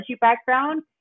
background